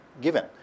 given